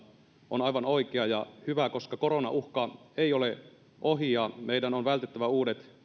on aivan oikea ja hyvä koska koronauhka ei ole ohi ja meidän on vältettävä uudet